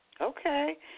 Okay